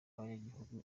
abanyagihugu